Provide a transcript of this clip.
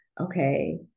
Okay